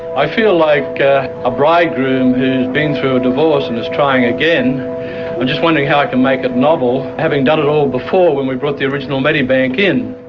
i feel like a bridegroom who's been through a divorce and is trying again. i'm just wondering how i can make it novel, having done it all before when we brought the original medibank in.